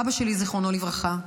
אבא שלי, זיכרונו לברכה,